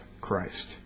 Christ